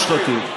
מושחתים.